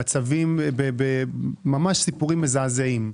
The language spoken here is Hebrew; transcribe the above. ממש סיפורים מזעזעים.